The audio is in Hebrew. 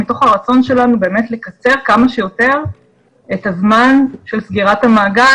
מתוך הרצון שלנו לקצר כמה שיותר את הזמן של סגירת המעגל